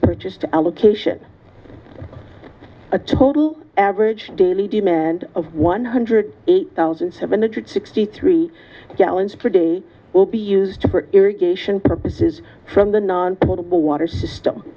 purchased allocation a total average daily demand of one hundred eight thousand seven hundred sixty three gallons per day will be used for irrigation purposes from the non potable water system